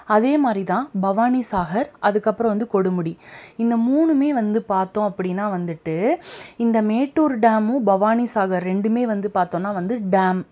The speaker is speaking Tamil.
அதேமாதிரி தான் பவானிசாகர் அதுக்கப்புறம் வந்து கொடுமுடி இந்த மூணுமே வந்து பார்த்தோம் அப்படின்னா வந்துட்டு இந்த மேட்டூர் டேமும் பவானிசாகர் ரெண்டுமே வந்து பார்த்தோன்னா வந்து டேம்